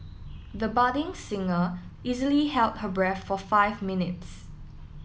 the budding singer easily held her breath for five minutes